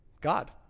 God